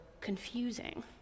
confusing